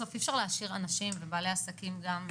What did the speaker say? בסוף אי אפשר להשאיר אנשים ובעלי עסקים גם,